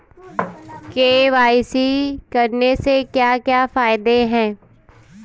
KYC करने के क्या क्या फायदे हैं?